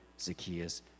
Zacchaeus